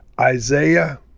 Isaiah